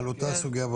על אותה סוגיה.